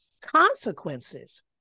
consequences